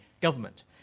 government